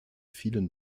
vielen